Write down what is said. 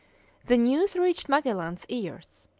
the news reached magellan's ears.